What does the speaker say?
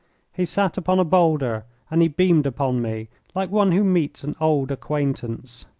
he sat upon a boulder and he beamed upon me like one who meets an old acquaintance.